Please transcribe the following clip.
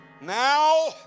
Now